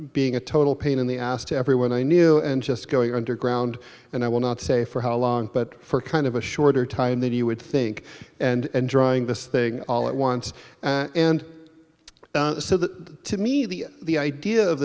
being a total pain in the ass to everyone i knew and just going underground and i will not say for how long but for kind of a shorter time than you would think and drawing this thing all at once and so that to me the the idea of